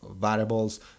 variables